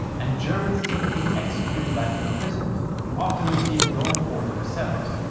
and germans typically executed latvian prisoners, and often received no quarter themselves.